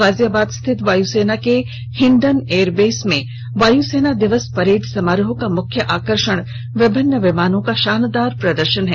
गाजियाबाद स्थित वायुसेना के हिंडन एयरबेस में वायुसेना दिवस परेड समारोह का मुख्य आकर्षण विभिन्न विमानों का शानदार प्रदर्शन है